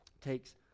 takes